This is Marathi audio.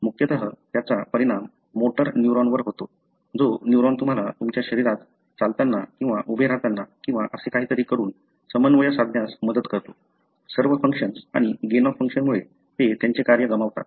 मुख्यतः त्याचा परिणाम मोटर न्यूरॉनवर होतो जो न्यूरॉन तुम्हाला तुमच्या शरीरात चालताना किंवा उभे राहताना किंवा असे काहीतरी करून समन्वय साधण्यास मदत करतो सर्व फंक्शन्स आणि गेन ऑफ फंक्शन मुळे ते त्यांचे कार्य गमावतात